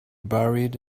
buried